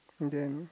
and then